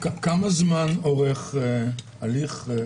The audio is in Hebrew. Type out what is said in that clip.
כמה זמן אורך הליך?